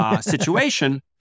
situation